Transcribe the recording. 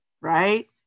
right